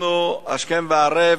אנחנו השכם והערב,